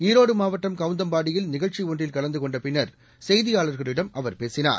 ஈரோடு மாவட்டம் கவுந்தம்பாடியில் நிகழ்ச்சி ஒன்றில் கலந்து கொண்டபின்னர் செய்தியாளர்களிடம் அவர் பேசினார்